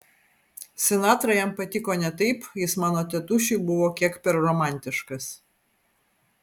sinatra jam patiko ne taip jis mano tėtušiui buvo kiek per romantiškas